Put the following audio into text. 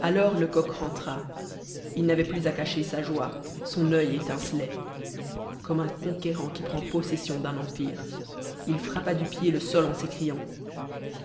alors lecoq rentra il n'avait plus à cacher sa joie son œil étincelait comme un conquérant qui prend possession d'un empire il frappa du pied le sol en s'écriant